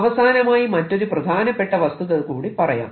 അവസാനമായി മറ്റൊരു പ്രധാനപ്പെട്ട വസ്തുത കൂടി പറയാം